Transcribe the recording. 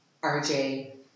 RJ